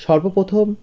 সর্বপ্রথম